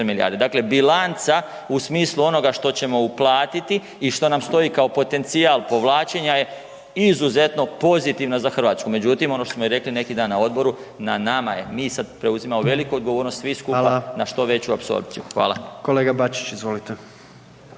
milijarde, dakle bilanca u smislu onoga što ćemo uplatiti i što nam stoji kao potencijal povlačenja je izuzetno pozitivna za RH. Međutim, ono što smo i rekli neki dan na odboru, na nama je, mi sad preuzimamo veliku odgovornost svi skupa …/Upadica: Hvala/…na što veću apsorpciju. Hvala. **Jandroković, Gordan